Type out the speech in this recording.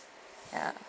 ya